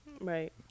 Right